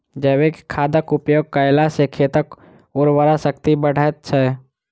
जैविक खादक उपयोग कयला सॅ खेतक उर्वरा शक्ति बढ़ैत छै